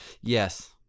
Yes